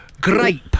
Grape